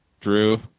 Drew